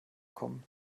kommen